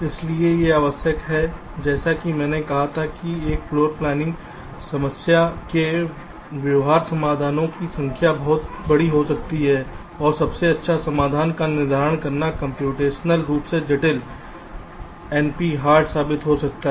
इसलिए यह आवश्यक है जैसा कि मैंने कहा था कि एक फ्लोर प्लॉनिंग समस्या के व्यवहार्य समाधानों की संख्या बहुत बड़ी हो सकती है और सबसे अच्छा समाधान का निर्धारण करना कम्प्यूटेशनल रूप से जटिल एनपी हार्ड साबित हो सकता है